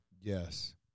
Yes